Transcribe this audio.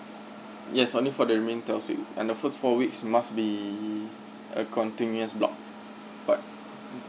yes only for the mean time's leave and the first four weeks it must be a continuous block but